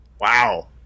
wow